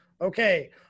okay